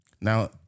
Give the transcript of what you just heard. Now